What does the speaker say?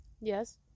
Yes